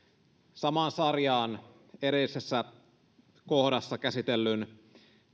samaan sarjaan edellisessä kohdassa käsitellyn